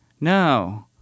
no